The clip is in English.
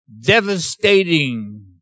devastating